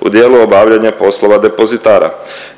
u dijelu obavljanja poslova depozitara.